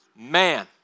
Man